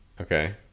Okay